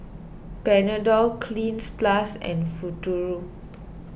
Panadol Cleanz Plus and Futuro